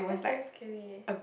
that's damn scary eh